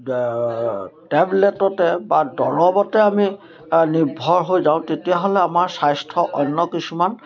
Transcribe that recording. টেবলেটতে বা দৰৱতে আমি নিৰ্ভৰ হৈ যাওঁ তেতিয়াহ'লে আমাৰ স্বাস্থ্য অন্য কিছুমান